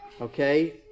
Okay